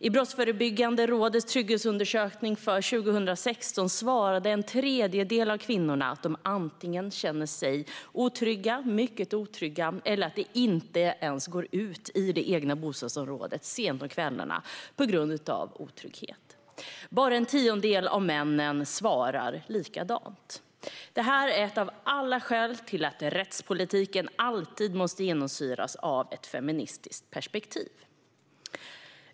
I Brottsförebyggande rådets trygghetsundersökning för 2016 svarade en tredjedel av kvinnorna att de antingen kände sig otrygga, mycket otrygga eller att de inte ens går ut i det egna bostadsområdet sent på kvällarna på grund av otrygghet. Bara en tiondel av männen svarade likadant. Det här är ett av alla skäl till att rättspolitiken alltid måste genomsyras av ett feministiskt perspektiv.